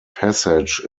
passage